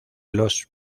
los